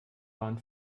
waren